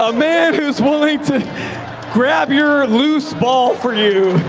um who's willing to grab your loose ball for you.